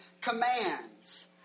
commands